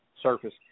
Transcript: surface